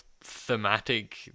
thematic